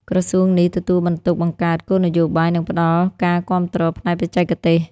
ក្រសួងនេះទទួលបន្ទុកបង្កើតគោលនយោបាយនិងផ្តល់ការគាំទ្រផ្នែកបច្ចេកទេស។